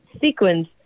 sequence